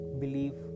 believe